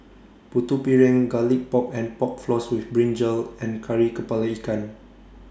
Putu Piring Garlic Pork and Pork Floss with Brinjal and Kari Kepala Ikan